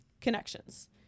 connections